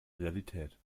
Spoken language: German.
realität